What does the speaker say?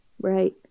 Right